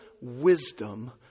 wisdom